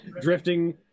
drifting